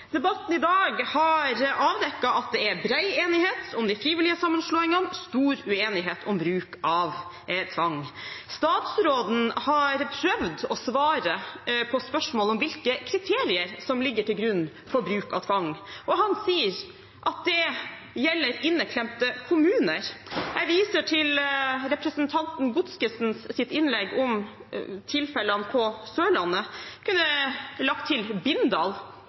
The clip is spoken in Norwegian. Debatten i dag har avdekket at det er bred enighet om de frivillige sammenslåingene og stor uenighet om bruk av tvang. Statsråden har prøvd å svare på spørsmål om hvilke kriterier som ligger til grunn for bruk av tvang, og han sier at det gjelder inneklemte kommuner. Jeg viser til representanten Godskesens innlegg om tilfellene på Sørlandet. Jeg kunne lagt til Bindal.